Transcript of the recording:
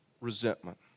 resentment